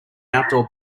outdoor